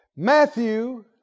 Matthew